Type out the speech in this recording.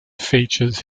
features